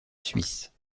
suisse